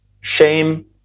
shame